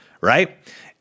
right